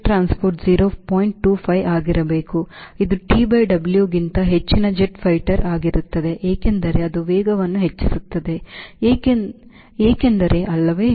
25 ಆಗಿರಬೇಕು ಇದು TW ಗಿಂತ ಹೆಚ್ಚಿನ ಜೆಟ್ ಫೈಟರ್ ಆಗಿರುತ್ತದೆ ಏಕೆಂದರೆ ಅದು ವೇಗವನ್ನು ಹೆಚ್ಚಿಸುತ್ತದೆ ಏಕೆಂದರೆ ಅಲ್ಲವೇ